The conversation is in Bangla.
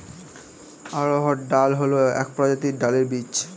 অড়হর ডাল হল এক প্রজাতির ডালের বীজ